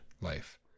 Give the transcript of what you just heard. life